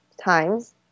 times